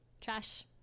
trash